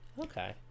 Okay